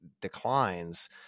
declines